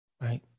right